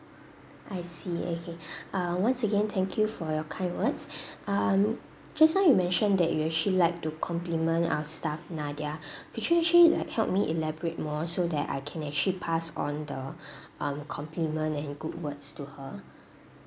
I see okay uh once again thank you for your kind words um just now you mention that you'd actually like to compliment our staff nadia could you actually like help me elaborate more so that I can actually pass on the um compliment and good words to her